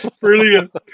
Brilliant